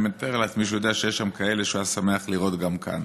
אני מתאר לעצמי שהוא יודע שיש שם כאלה שהוא היה שמח לראות גם כאן.